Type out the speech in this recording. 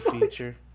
feature